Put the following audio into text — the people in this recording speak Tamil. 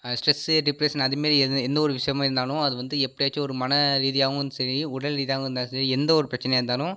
ஸ்ட்ரெஸ்ஸு டிப்ரஷனு அதுமாரி எதுவும் எந்த ஒரு விஷயமாக இருந்தாலும் அது வந்து எப்படியாச்சும் ஒரு மன ரீதியாகவும் வந்து சரி உடல் ரீதியாக இருந்தாலும் சரி எந்த ஒரு பிரச்சனையாக இருந்தாலும்